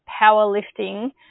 powerlifting